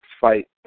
fight